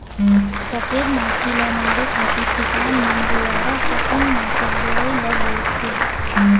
सफेद मांछी ल मारे खातिर किसान मन दुवारा फफूंदनासक दवई ल बउरथे